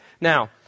Now